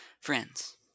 Friends